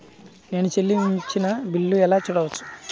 నేను చెల్లించిన బిల్లు ఎలా చూడవచ్చు?